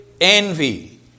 envy